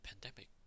pandemic